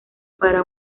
para